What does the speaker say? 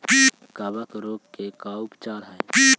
कबक रोग के का उपचार है?